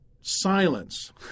silence